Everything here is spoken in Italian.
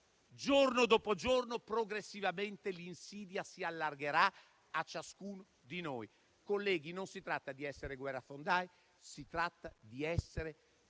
giorno dopo giorno, progressivamente l'insidia si allargherà a ciascuno di noi. Colleghi, non si tratta di essere guerrafondai, ma di essere